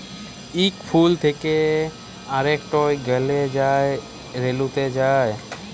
ইক ফুল থ্যাকে আরেকটয় গ্যালে যা ছব রেলুতে যায়